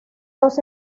dos